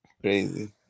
Crazy